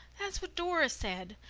that's what dora said.